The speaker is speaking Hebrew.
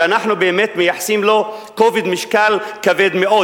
שאנחנו באמת מייחסים לו משקל כבד מאוד,